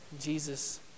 Jesus